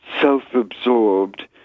self-absorbed